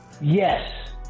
Yes